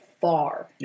far